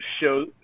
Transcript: show